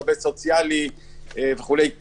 עובד סוציאלי וכו' כן,